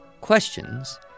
questions